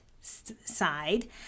side